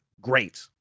Great